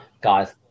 guys